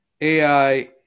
AI